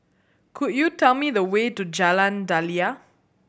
could you tell me the way to Jalan Daliah